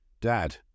Dad